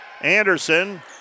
Anderson